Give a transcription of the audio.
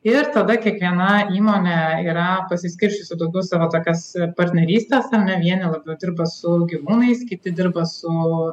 ir tada kiekviena įmonė yra pasiskirsčiusi daugiau savo tokias partnerystes ar ne vieni labiau dirba su gyvūnais kiti dirba su